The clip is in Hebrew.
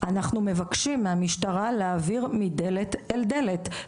אנחנו מבקשים מהמשטרה להעביר מדלת אל דלת,